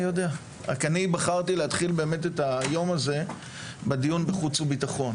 אני בחרתי להתחיל את היום הזה בדיון בחוץ וביטחון